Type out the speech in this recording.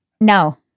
No